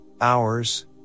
hours